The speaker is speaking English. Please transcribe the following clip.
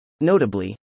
Notably